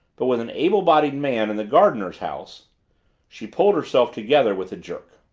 but with an able-bodied man in the gardener's house she pulled herself together with a jerk.